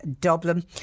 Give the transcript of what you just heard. Dublin